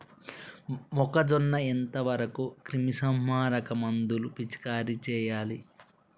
మొక్కజొన్న ఎంత వరకు క్రిమిసంహారక మందులు పిచికారీ చేయాలి?